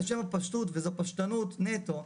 לשם הפשטות וזו פשטנות נטו,